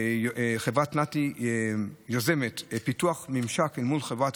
חברת נת"י יוזמת פיתוח ממשק אל מול חברת